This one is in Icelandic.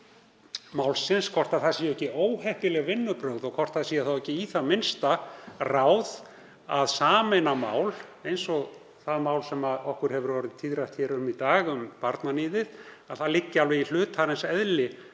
málsins. Hvort það séu ekki óheppileg vinnubrögð og hvort það sé þá ekki í það minnsta ráð að sameina mál eins og það sem okkur hefur orðið tíðrætt hér um í dag um barnaníð, að það liggi í hlutarins eðli